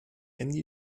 annie